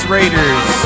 Raiders